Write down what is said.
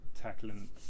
tackling